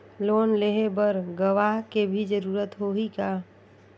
Loan लेहे बर गवाह के भी जरूरत होही का?